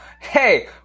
Hey